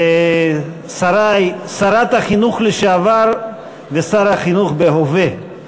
שרת החינוך לשעבר ושר החינוך בהווה,